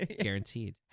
Guaranteed